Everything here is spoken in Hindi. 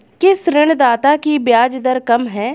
किस ऋणदाता की ब्याज दर कम है?